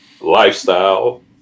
lifestyle